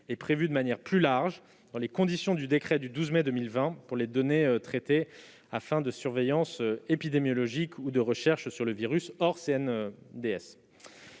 est prévue de manière plus large, dans le décret du 12 mai 2020, pour les données traitées à fins de surveillance épidémiologique ou de recherche sur le virus hors SNDS.